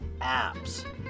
apps